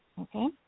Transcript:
okay